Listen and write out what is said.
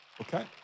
Okay